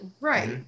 Right